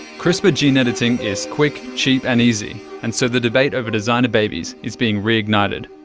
crispr gene-editing is quick, cheap and easy, and so the debate over designer babies is being reignited.